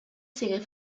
sigue